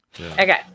okay